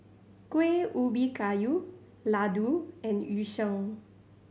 Kueh Ubi Kayu laddu and Yu Sheng